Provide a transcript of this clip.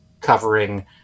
covering